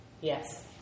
Yes